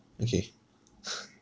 okay